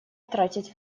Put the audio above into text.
тратить